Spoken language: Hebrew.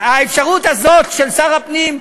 האפשרות הזאת של שר הפנים,